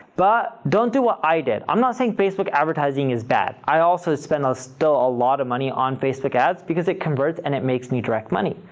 but don't do what i did. i'm not saying facebook advertising is bad. i also spend still a lot of money on facebook ads because it converts and it makes me direct money.